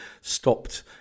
stopped